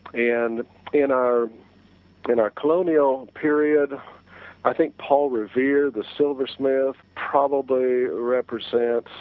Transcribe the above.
and in our in our colonial period i think paul revealed the silver smith probably represents